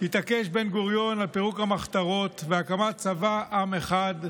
התעקש בן-גוריון על פירוק המחתרות והקמת צבא עם אחד,